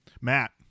Matt